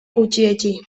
gutxietsi